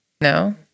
No